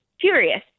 furious